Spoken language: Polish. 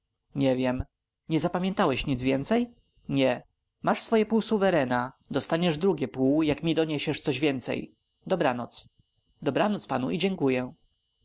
nie wiem nie zapamiętałeś nic więcej nie masz swoje pół suwerena dostaniesz drugie pół jak mi doniesiesz coś więcej dobranoc dobranoc panu i dziękuję